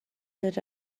that